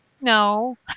No